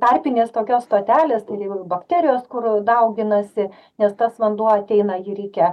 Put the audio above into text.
tarpinės tokios stotelės tai jau ir bakterijos kurioj dauginasi nes tas vanduo ateina jį reikia